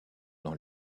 dans